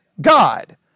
God